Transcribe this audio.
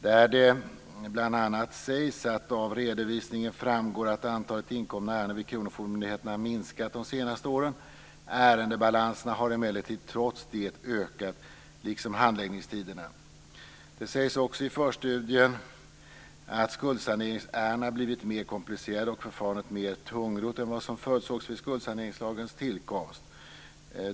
Där sägs bl.a. att det av redovisningen framgår att antalet inkomna ärenden till kronofogdemyndigheterna har minskat de senaste åren. Ärendebalansen har emellertid trots det ökat, liksom handläggningstiderna. Det sägs också i förstudien att skuldsaneringsärendena blivit mer komplicerade och förfarandet mer tungrott än vad som förutsågs vid skuldsaneringslagens tillkomst.